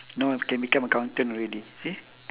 now I can become accountant already see